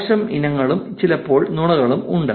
മോശം ഇനങ്ങളും ചിലപ്പോൾ നുണകളും ഉണ്ട്